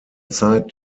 zeit